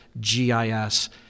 GIS